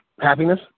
happiness